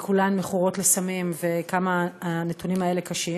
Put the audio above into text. וכולן מכורות לסמים, וכמה הנתונים האלה קשים.